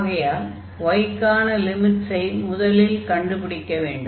ஆகையால் y க்கான லிமிட்ஸை முதலில் கண்டுபிடிக்க வேண்டும்